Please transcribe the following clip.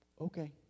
okay